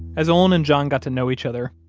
as olin and john got to know each other,